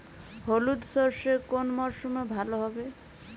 হলুদ সর্ষে কোন মরশুমে ভালো হবে?